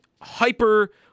hyper